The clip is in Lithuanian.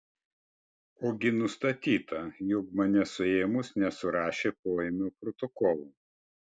ogi nustatyta jog mane suėmus nesurašė poėmio protokolo